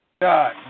God